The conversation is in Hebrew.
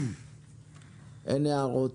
אין הערות.